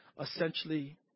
Essentially